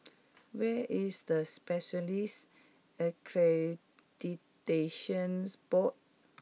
where is the Specialists Accreditation Board